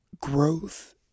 growth